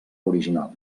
original